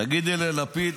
תגידי ללפיד: